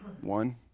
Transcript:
One